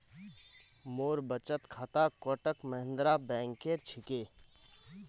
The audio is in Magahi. मोर बचत खाता कोटक महिंद्रा बैंकेर छिके